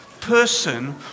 person